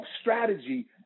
strategy